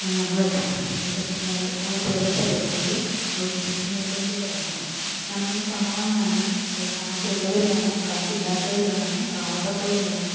നമ്മളിപ്പോൾ ഉദ്യോഗസ്ഥരെപ്പോഴും ഒരു നിർബന്ധിതരാകണം നമ്മള് പാവങ്ങളാണ് അപ്പോൾ കാശുള്ളവര് കാണും കാശില്ലാത്തവര് കാണും പാവപ്പെട്ടവര് കാണും